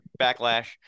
Backlash